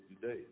today